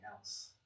else